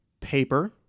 paper